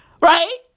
Right